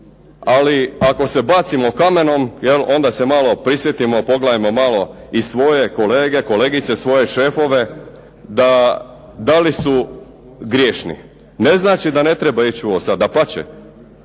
Ali ako se bacimo kamenom, onda se malo prisjetimo, pogledajmo malo i svoje kolege, kolegice, svoje šefove da li su grešni. Ne znači da ne treba ići u ovo sada, dapače